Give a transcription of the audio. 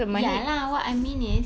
ya lah what I mean is